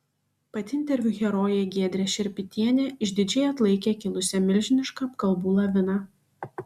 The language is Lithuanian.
pati interviu herojė giedrė šerpytienė išdidžiai atlaikė kilusią milžinišką apkalbų laviną